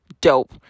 dope